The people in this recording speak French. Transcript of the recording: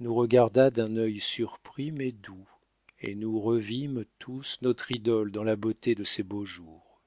nous regarda d'un œil surpris mais doux et nous revîmes tous notre idole dans la beauté de ses beaux jours